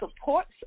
supports